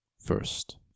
first